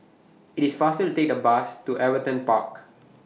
IT IS faster to Take The Bus to Everton Park